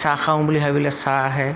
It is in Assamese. চাহ খাওঁ বুলি ভাবিলে চাহ আহে